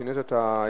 שינית את האפשרות,